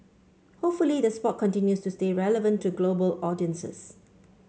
hopefully the sport continues to stay relevant to global audiences